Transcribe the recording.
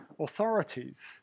authorities